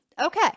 Okay